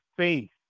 faith